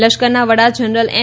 લશ્કરના વડા જનરલ એમ